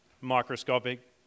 microscopic